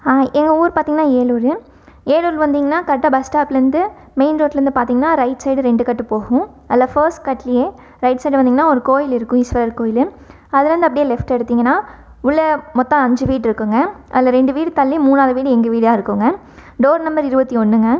எங்கள் ஊர் பார்த்திங்கனா ஏலூர் ஏலூர் வந்திங்கனா கரெக்டா பஸ் ஸ்டாப்லேருந்து மெயின் ரோட்டுலேருந்து பார்த்திங்கனா ரைட் சைடு ரெண்டு கட்டு போகும் அதில் ஃபஸ்ட் கட்லேயே ரைட் சைட் வந்திங்கனா ஒரு கோவில் இருக்கும் ஈஸ்வரர் கோவிலு அதிலேருந்து அப்டியே லெஃப்ட் எடுத்திங்கனா உள்ளே மொத்தம் அஞ்சு வீடு இருக்கும்ங்க அதில் ரெண்டு வீடு தள்ளி மூணாவது வீடு எங்கள் வீடாக இருக்கும்ங்க டோர் நம்பர் இருபத்தி ஒன்றுங்க